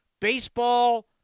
Baseball